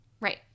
Right